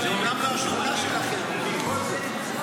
זאת אומנם לא השכונה שלכם, ובכל זאת.